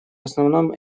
основном